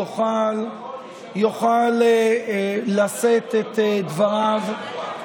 יוכל לשאת את דבריו פחות משבוע.